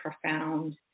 profound